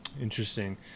Interesting